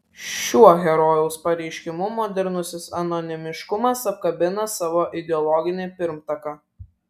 šiuo herojaus pareiškimu modernusis anonimiškumas apkabina savo ideologinį pirmtaką